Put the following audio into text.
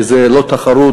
שזו לא תחרות,